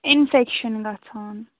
infection گَژھان